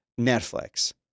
Netflix